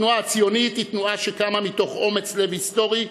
התנועה הציונית היא תנועה שקמה מתוך אומץ לב היסטורי,